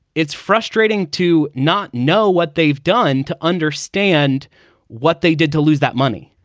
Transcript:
it's frustrating to not know what they've done, to understand what they did to lose that money.